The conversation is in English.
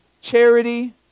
Charity